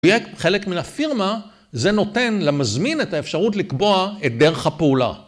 חלק מן הפירמה, זה נותן למזמין את האפשרות לקבוע את דרך הפעולה.